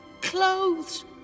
clothes